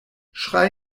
schrei